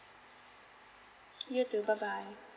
you too bye bye